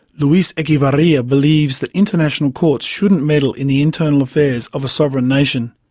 luis echevarria believes that international courts shouldn't meddle in the internal affairs of a sovereign nation.